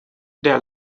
der